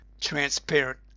transparent